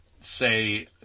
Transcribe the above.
say